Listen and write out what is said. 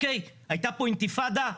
הייתה פה אינתיפאדה.